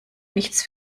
nichts